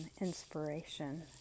inspiration